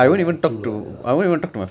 ya lah true lah ya lah